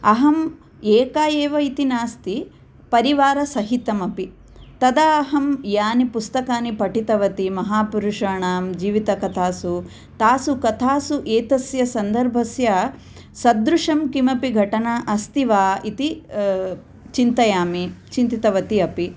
अहम् एका एव इति नास्ति परिवारसहितमपि तदा अहं यानि पुस्तकानि पठितवती महापुरुषाणां जीवितकथासु तासु कथासु एतस्य सन्दर्भस्य सदृशं किमपि घटना अस्ति वा इति चिन्तयामि चिन्तितवती अपि